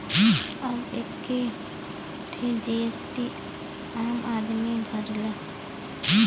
अब एक्के ठे जी.एस.टी आम आदमी भरला